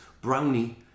Brownie